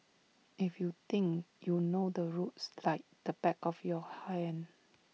if you think you know the roads like the back of your